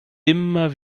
immer